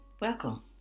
welcome